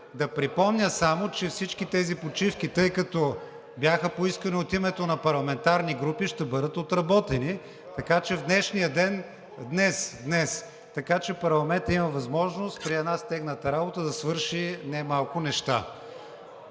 Да припомня само, че всички тези почивки, тъй като бяха поискани от името на парламентарни групи, ще бъдат отработени… (Реплика: „Кога?“) В днешния ден, днес, така че парламентът има възможност при една стегната работа да свърши немалко неща.